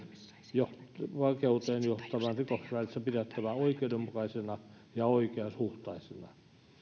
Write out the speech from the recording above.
vankeuteen johtavan rikoksen välissä pidettävä oikeudenmukaisena ja oikeasuhtaisena